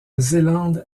zélande